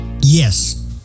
Yes